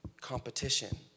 Competition